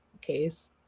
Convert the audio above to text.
case